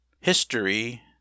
history